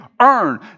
earn